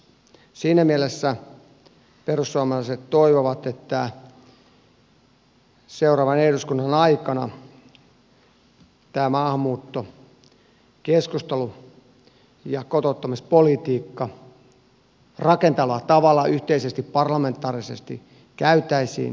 siinä mielessä perussuomalaiset toivovat että seuraavan eduskunnan aikana tämä maahanmuuttokeskustelu ja kotouttamispolitiikka rakentavalla tavalla yhteisesti parlamentaarisesti käytäisiin ja sovittaisiin